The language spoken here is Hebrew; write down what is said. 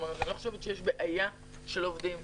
אני לא חושבת שיש בעיה של עובדים,